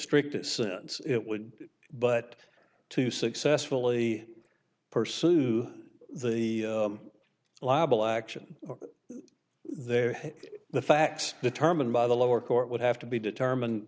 strictest sense it would but to successfully pursue the libel action there the facts determined by the lower court would have to be determined